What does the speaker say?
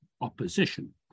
opposition